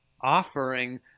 offering